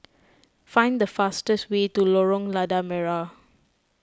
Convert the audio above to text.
find the fastest way to Lorong Lada Merah